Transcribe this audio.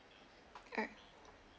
alright